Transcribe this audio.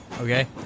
Okay